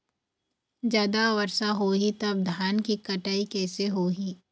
जादा वर्षा होही तब धान के कटाई कैसे होही?